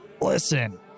Listen